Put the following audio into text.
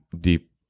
deep